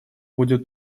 будет